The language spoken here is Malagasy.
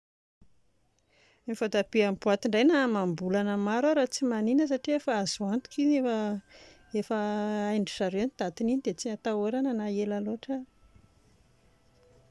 Ny voatabia amin'ny boaty indray na amam-bolana maro ara tsy maninona satria efa azo antoka iny efa efa hain-dry zareo ny datiny dia tsy hatahorana na ela loatra ary